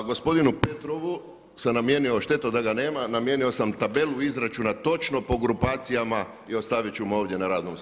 A gospodinu Petrovu sam namijenio, šteta da ga nema, namijenio sam tabelu izračuna točno po grupacijama i ostavit ću mu ovdje na radnom stolu.